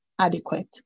adequate